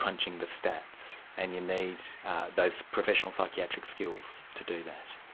crunching the stats, and you need those professional psychiatric skills to do that?